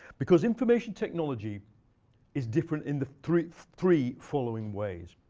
because information technology is different in the three three following ways.